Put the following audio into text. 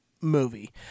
movie